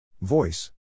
Voice